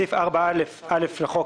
מוגדל לפי הכנסה 3. בסעיף 4א(א) לחוק,